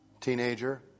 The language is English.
Teenager